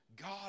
God